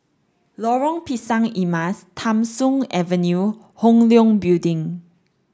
Lorong Pisang Emas Tham Soong Avenue and Hong Leong Building